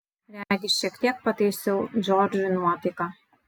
regis šiek tiek pataisiau džordžui nuotaiką